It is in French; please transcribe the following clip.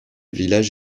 village